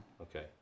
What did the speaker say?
Okay